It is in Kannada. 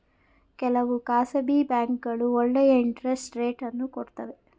ಕೆಲವು ಖಾಸಗಿ ಬ್ಯಾಂಕ್ಗಳು ಒಳ್ಳೆಯ ಇಂಟರೆಸ್ಟ್ ರೇಟ್ ಅನ್ನು ಕೊಡುತ್ತವೆ